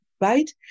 right